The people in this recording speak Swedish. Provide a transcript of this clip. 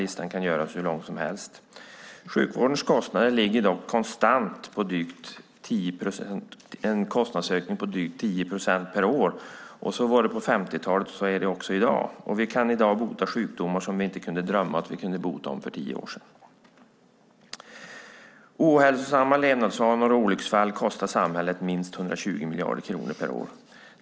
Listan kan göras hur lång som helst. Sjukvårdens kostnadsökning ligger dock konstant på drygt 10 procent per år. Så var det på 50-talet, och så är det också i dag. I dag kan vi bota sjukdomar som inte kunde drömma om att bota för tio år sedan. Ohälsosamma levnadsvanor och olycksfall kostar samhället minst 120 miljarder kronor per år.